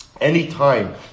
Anytime